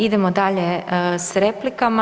Idemo dalje s replikama.